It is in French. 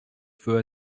feu